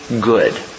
good